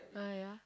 ah yeah